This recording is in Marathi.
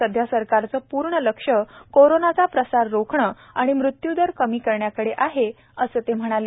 सध्या सरकारचं पूर्ण लक्ष कोरोनाचा प्रसार रोखणं आणि मृत्यूदर कमी करण्याकडे आहे असं ते म्हणाले